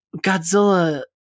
godzilla